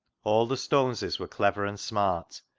all the stoneses were clever and smart,